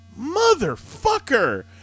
Motherfucker